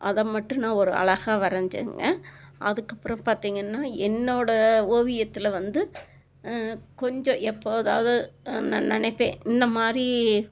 அதை மட்டும் நான் ஒரு அழகா வரைஞ்சேனுங்க அதுக்கப்புறம் பார்த்தீங்கன்னா என்னோடய ஓவியத்தில் வந்து கொஞ்சம் எப்போதாவது நான் நினைப்பேன் இந்தமாதிரி